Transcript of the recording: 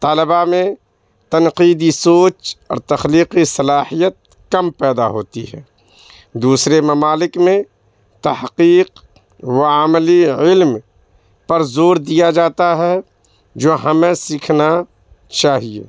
طالبہ میں تنقیدی سوچ اور تخلیقی صلاحیت کم پیدا ہوتی ہے دوسرے ممالک میں تحقیق و عملی علم پر زور دیا جاتا ہے جو ہمیں سیکھنا چاہیے